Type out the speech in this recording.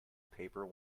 paper